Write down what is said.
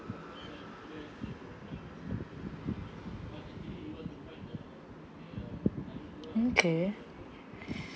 okay